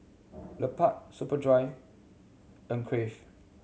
Lupark Superdry and Crave